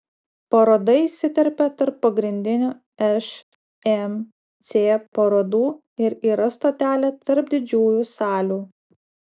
paroda įsiterpia tarp pagrindinių šmc parodų ir yra stotelė tarp didžiųjų salių